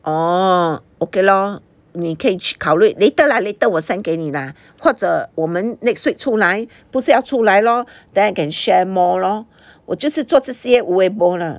orh okay lor 你可以去考虑 later lah later 我 send 给你 lah 或者我们 next week 出来不是要出来 lor then I can share more lor 我就是做这些